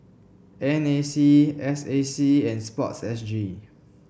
N A C S A C and sports S G